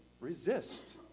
resist